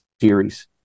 series